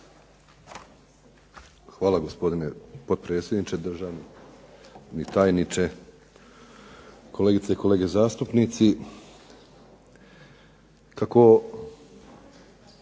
Hvala gospodine potpredsjedniče. Državni tajniče, kolegice i kolege zastupnici.